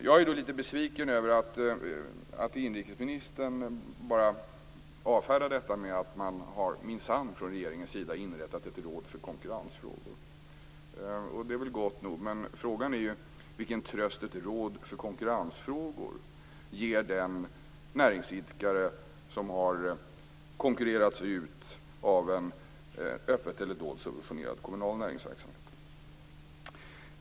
Jag är litet besviken över att inrikesministern bara avfärdar detta med att säga att man från regeringens sida minsann har inrättat ett råd för konkurrensfrågor. Det är väl gott nog. Frågan är vilken tröst ett råd för konkurrensfrågor ger den näringsidkare som har konkurrerats ut av en öppet eller dolt subventionerad kommunal näringsverksamhet.